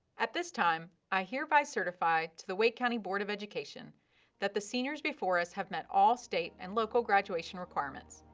at this time, i hereby certify to the wake county board of education that the seniors before us have met all state and local graduation requirements.